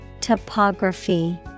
topography